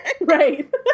right